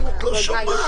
את לא שומעת.